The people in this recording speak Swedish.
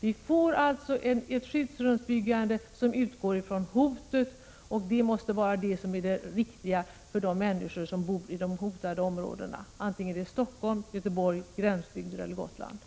Vi får alltså ett skyddsrumsbyggan de som utgår från hotet, och det måste vara det riktiga för de människor som boride hotade områdena, vare sig det är Stockholm, Göteborg, gränsbygder